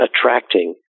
attracting